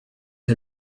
had